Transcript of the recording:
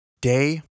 Day